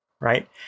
right